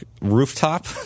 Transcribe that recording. rooftop